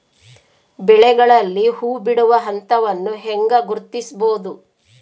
ಬೆಳೆಗಳಲ್ಲಿ ಹೂಬಿಡುವ ಹಂತವನ್ನು ಹೆಂಗ ಗುರ್ತಿಸಬೊದು?